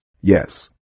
Yes